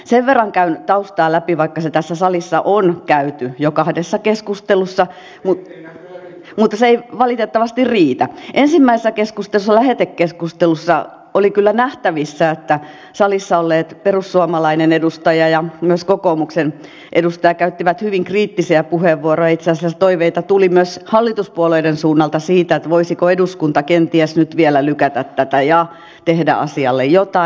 sen verran käyn taustaa läpi vaikka se tässä salissa on käyty jo kahdessa keskustelussa mutta se ei valitettavasti riitä että ensimmäisessä keskustelussa lähetekeskustelussa oli kyllä nähtävissä että salissa olleet perussuomalainen edustaja ja myös kokoomuksen edustaja käyttivät hyvin kriittisiä puheenvuoroja itse asiassa toiveita tuli myös hallituspuolueiden suunnalta siitä voisiko eduskunta kenties nyt vielä lykätä tätä ja tehdä asialle jotain